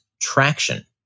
traction